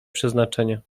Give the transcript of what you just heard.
przeznaczenie